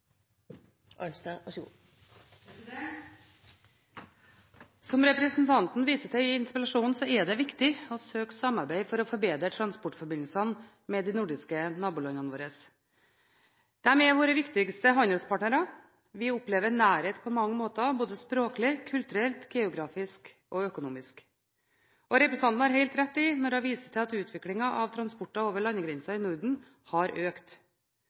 det viktig å øke samarbeid for å forbedre transportforbindelsene med de nordiske nabolandene våre. De er våre viktigste handelspartnere, og vi opplever nærhet på mange måter, både språklig, kulturelt, geografisk og økonomisk. Representanten har helt rett når hun viser til at utviklingen av transporter over landegrensene i Norden har økt.